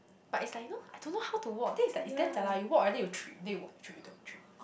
but it's like you know I don't know how to walk then it's like it's damn jialat you walk already you trip then you walk trip and walk trip